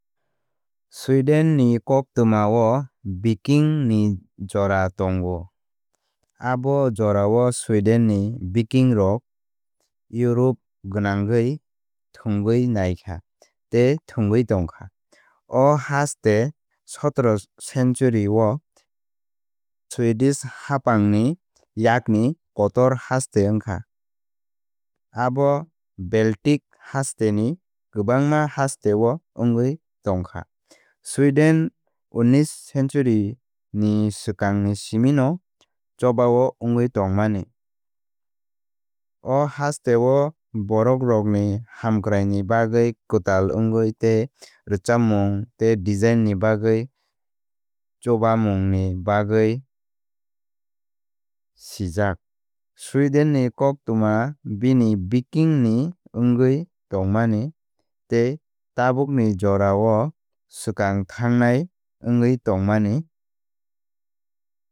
Sweden ni koktwmao Viking ni jora tongo abo jorao Sweden ni Viking rok Europe gwnangwi thwngwi naikha tei thwngwi tongkha. O haste sotoh century o Swedish haphangni yakni kotor haste wngkha abo Baltic hasteni kwbangma hasteo wngwi tongkha. Sweden unnish century ni swkangni simi no chobao wngwi tongmani. O hasteo borokrokni hamkraini bagwi kwtal wngwi tei rwchapmung tei design ni bagwi chubamungni bagwi sijak. Sweden ni koktwma bini Viking ni wngwi tongmani tei tabukni jorao swkang thángnai wngwi tongmani.